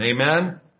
amen